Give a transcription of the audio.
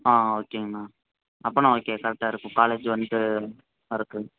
ஆ ஓகேங்க அண்ணா அப்போன்னா ஓகே கரெக்டாக இருக்கும் காலேஜ் வந்துவிட்டு வரக்கு